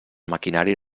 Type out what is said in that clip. maquinari